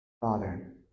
Father